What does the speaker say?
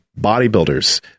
bodybuilders